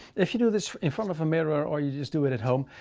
if you do this in front of a mirror or you just do it at home,